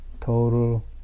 Total